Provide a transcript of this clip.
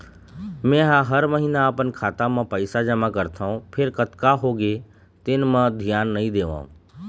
मेंहा हर महिना अपन खाता म पइसा जमा करथँव फेर कतका होगे तेन म धियान नइ देवँव